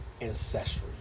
ancestry